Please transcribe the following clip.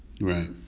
Right